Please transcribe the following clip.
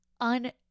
on